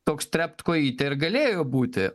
toks trept kojytė ir galėjo būti